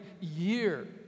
year